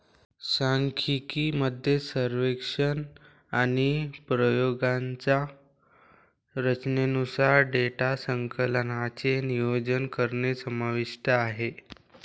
सांख्यिकी मध्ये सर्वेक्षण आणि प्रयोगांच्या रचनेनुसार डेटा संकलनाचे नियोजन करणे समाविष्ट आहे